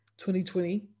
2020